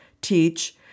teach